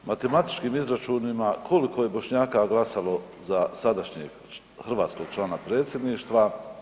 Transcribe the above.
Matematičkim izračunima koliko je Bošnjaka glasalo za sadašnjeg hrvatskog člana Predsjedništva.